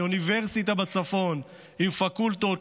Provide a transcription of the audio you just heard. אוניברסיטה בצפון עם פקולטות,